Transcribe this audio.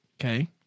Okay